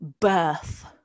Birth